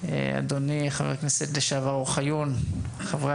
אדוני חבר הכנסת לשעבר אוחיון; חברי